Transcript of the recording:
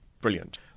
brilliant